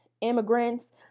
Immigrants